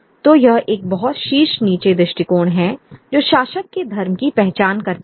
तो यह एक बहुत शीर्ष नीचे दृष्टिकोण है जो शासक के धर्म की पहचान करता है